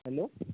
hell